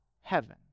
heaven